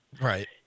Right